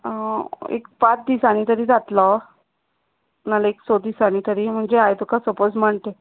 एक पांच दिसानी तरी जातलो नाल्या एक स दिसानी तरी म्हणजे हांवें तुका सपोज मंडे